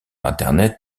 internet